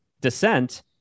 Descent